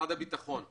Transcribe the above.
משרד הביטחון בבקשה.